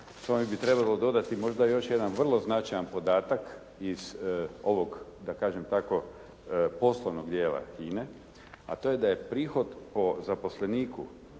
tome bi trebalo dodati možda još jedan vrlo značajan podatak iz ovog da kažem tako poslovnog dijela HINA-e, a to je da je prihod po zaposleniku